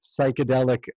psychedelic